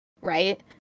right